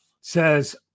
says